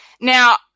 Now